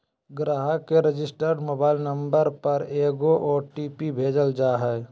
ग्राहक के registered mobile number पर एगो ओ.टी.पी भेजल जा हइ